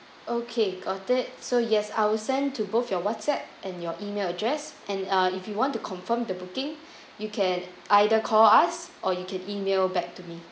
okay got it so yes I will send to both your whatsapp and your email address and uh if you want to confirm the booking you can either call us or you can email back to me